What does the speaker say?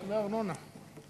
זה ארנונה.